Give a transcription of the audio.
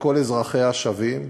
וכל אזרחיה שווים.